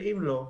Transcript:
אם לא,